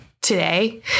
today